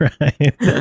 right